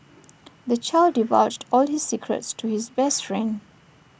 the child divulged all his secrets to his best friend